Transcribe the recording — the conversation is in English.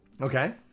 Okay